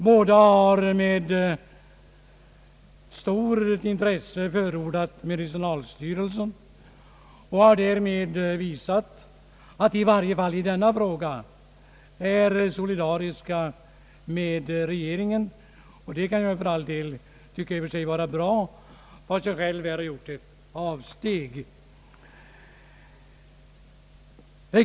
Båda har med stort intresse förordat namnet medicinalstyrelsen och har därmed visat att de i varje fall i denna fråga är solidariska med regeringen. Och det kan jag för all del tycka i och för sig vara bra, ehuru jag själv har gjort ett avsteg.